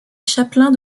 chapelain